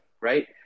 Right